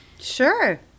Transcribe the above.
Sure